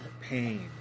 pain